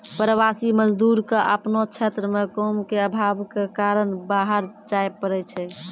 प्रवासी मजदूर क आपनो क्षेत्र म काम के आभाव कॅ कारन बाहर जाय पड़ै छै